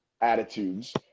attitudes